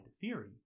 theory